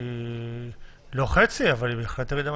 היא לא חצי, אבל היא בהחלט ירידה משמעותית.